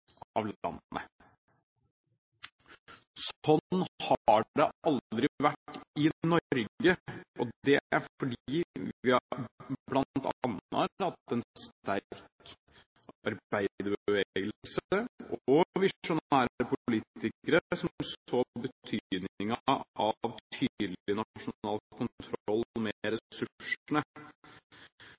har det aldri vært i Norge, og det er bl.a. fordi vi har hatt en sterk arbeiderbevegelse og visjonære politikere som så betydningen av tydelig nasjonal kontroll med ressursene. Ekofisk er en veldig viktig del av